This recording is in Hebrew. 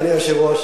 אדוני היושב-ראש,